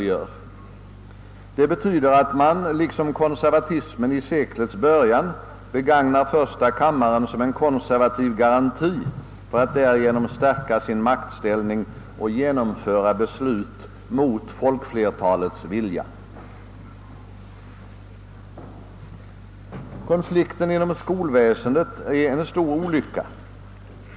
I så fall begagnar man på samma sätt som konservatismen i seklets början första kammaren för att stärka sin maktställning och genomföra beslut mot folkflertalets vilja. Konflikten inom skolväsendet är en stor olycka.